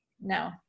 no